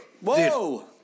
Whoa